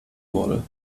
wurde